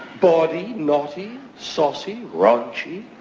bawdy, naughty, saucy, raunchy,